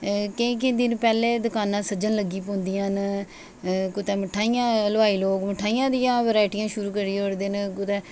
केईं केईं दिन दकानां पैह्लें ई सज्जन लगी पौंदियां कुतै मिठाइयां लोआई लोक मिठाइयां दियां ब्राइटियां शुरू करी ओड़दे न कुतै